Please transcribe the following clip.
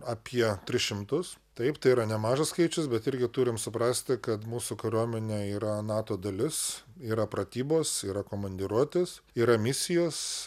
apie tris šimtus taip tai yra nemažas skaičius bet irgi turim suprasti kad mūsų kariuomenė yra nato dalis yra pratybos yra komandiruotės yra misijos